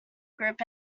group